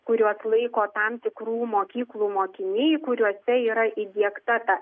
kuriuos laiko tam tikrų mokyklų mokiniai kuriuose yra įdiegta ta